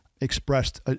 expressed